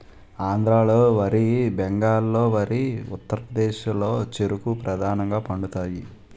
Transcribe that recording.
ఆంధ్రాలో వరి బెంగాల్లో వరి ఉత్తరప్రదేశ్లో చెరుకు ప్రధానంగా పండుతాయి